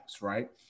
right